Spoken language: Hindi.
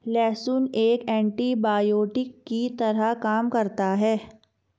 लहसुन एक एन्टीबायोटिक की तरह काम करता है